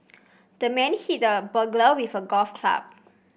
the man hit the burglar with a golf club